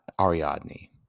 ariadne